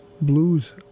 Blues